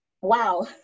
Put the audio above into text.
Wow